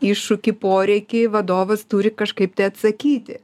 iššūkį poreikį vadovas turi kažkaip tai atsakyti